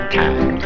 time